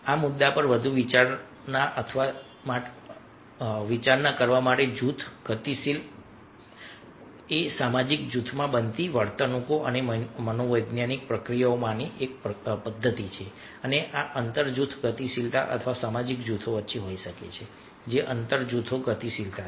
આ મુદ્દા પર વધુ વિચારણા કરવા માટે જૂથ ગતિશીલ એ સામાજિક જૂથમાં બનતી વર્તણૂકો અને મનોવૈજ્ઞાનિક પ્રક્રિયાઓની એક પદ્ધતિ છે અને આ આંતર જૂથ ગતિશીલતા અથવા સામાજિક જૂથો વચ્ચે હોઈ શકે છે જે આંતર જૂથ ગતિશીલતા છે